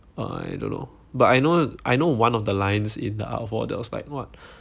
I don't know but I know I know one of the lines in the art of war there was like what